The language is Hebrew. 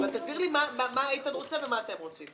תסביר לי מה איתן רוצה ומה אתם רוצים.